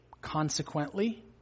Consequently